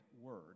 word